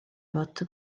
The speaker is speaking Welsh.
fod